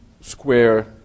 square